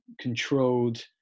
controlled